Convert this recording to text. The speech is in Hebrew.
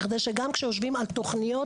כדי שגם כשיושבים על תוכניות,